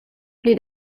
pli